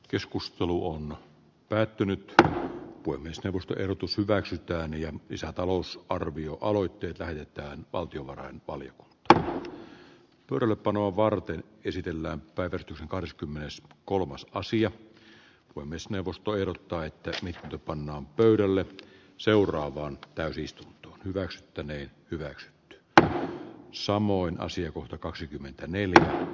keskustelu on päättynyt ja voimistelusta ehdotus hyväksytään lisätalousarvioaloitteet lähetetään valtiovarain paljon että turvepanoa varten esitellään päivitys kahdeskymmenes b kolmas asia on myös neuvosto ehdottaa että se mitä nyt pannaan pöydälle seuraavaan täysistunto hyväksyttäneen hyväksi että samoin asiakohta kaksikymmentäneljä